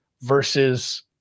versus –